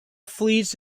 flees